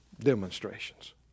demonstrations